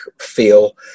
feel